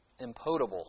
impotable